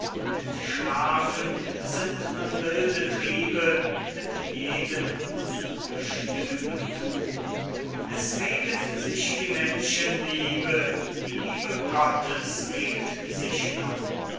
entschlafen sind nun wilde triebe mit jedem ungestümen thun es reget sich die menschenliebe die liebe gottes regt sich nun